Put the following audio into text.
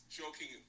joking